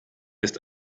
ist